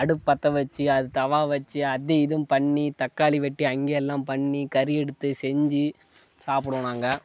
அடுப்பு பற்ற வச்சு அதில் தவா வச்சு அது இதுவும் பண்ணி தக்காளி வெட்டி அங்கேயே எல்லாம் பண்ணி கறி எடுத்து செஞ்சு சாப்பிடுவோம் நாங்கள்